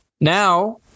Now